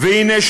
והנה,